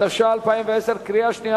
התש"ע 2010, נתקבלה.